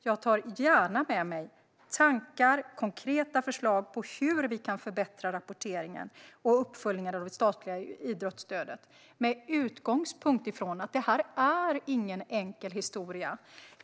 Jag tar gärna med mig tankar om konkreta förslag på hur vi kan förbättra rapporteringen och uppföljningen av det statliga idrottsstödet med utgångspunkt i att det här inte är någon enkel historia.